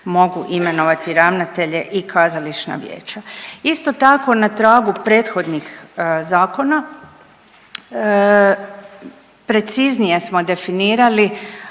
mogu imenovati ravnatelje i kazališna vijeća. Isto tako, na tragu prethodnih zakona preciznije smo definirali